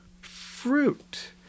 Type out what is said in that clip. fruit